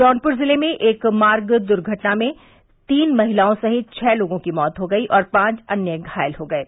जौनपुर जिले में एक मार्ग दुर्घटना में तीन महिलाओं सहित छह लोगों की मौत हो गई और पांच अन्य घायल हो गये